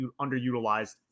underutilized